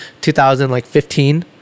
2015